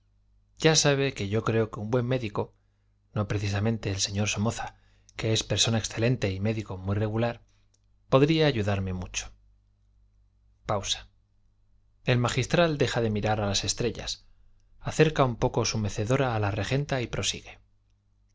ya sabe que yo creo que un buen médico no precisamente el señor somoza que es persona excelente y médico muy regular podría ayudarme mucho pausa el magistral deja de mirar a las estrellas acerca un poco su mecedora a la regenta y prosigue